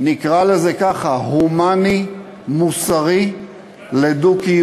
נקרא לזה ככה, הומני-מוסרי לדו-קיום.